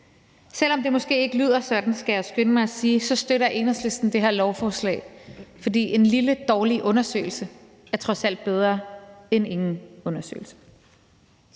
selv om det måske ikke lyder sådan, støtter Enhedslisten det her forslag. For en lille, dårlig undersøges er trods alt bedre end ingen undersøgelse.